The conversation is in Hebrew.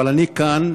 אבל אני כאן,